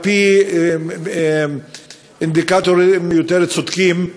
על-פי אינדיקטורים יותר צודקים,